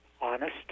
honest